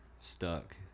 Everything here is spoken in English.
Stuck